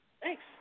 Thanks